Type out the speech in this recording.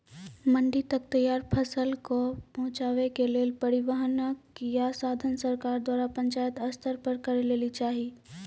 मंडी तक तैयार फसलक पहुँचावे के लेल परिवहनक या साधन सरकार द्वारा पंचायत स्तर पर करै लेली चाही?